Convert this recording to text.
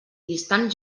distant